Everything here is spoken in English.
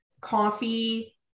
coffee